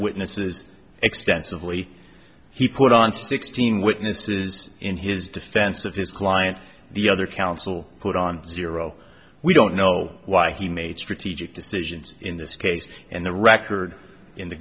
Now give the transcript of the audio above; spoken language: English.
witnesses extensively he put on sixteen witnesses in his defense of his client the other counsel put on zero we don't know why he made strategic decisions in this case and the record in the